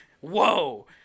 Whoa